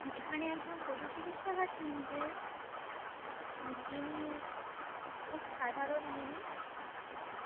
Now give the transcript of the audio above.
এখানে একজন পশু চিকিৎসক আছেন যে যিনি খুব সাধারণ জিনিস